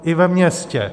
I ve městě.